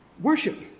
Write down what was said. Worship